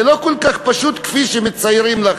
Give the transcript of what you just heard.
זה לא כל כך פשוט כפי שמציירים לך,